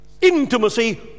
intimacy